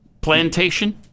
Plantation